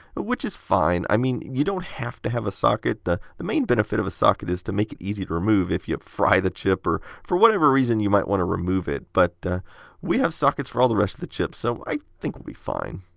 which, is fine. i mean, you don't have to have a socket. the the main benefit of a socket is to make it easy to remove if you fry the chip or for whatever reason you might want to remove it. but we have sockets for all of the rest of the chips, so i think we'll be fine.